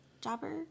Jobber